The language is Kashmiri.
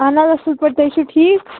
اَہَن حظ اَصٕل پٲٹھۍ تُہۍ چھِو ٹھیٖک